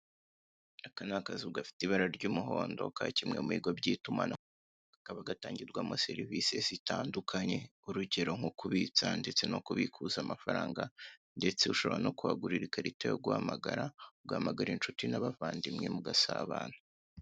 Aka ni akazu gafite ibara ry'umuhondo ka kimwe mu bigo by'itumanaho, kakaba gatangirwamo serivise zitandukanye, urugero nko kubitsa ndetse no kubikuza amafaranga ndetse ushobora no kuhagurira ikarita yo guhamagara, ugahamagara inshuti n'abavandimwe mugasabana.